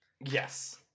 Yes